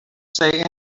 say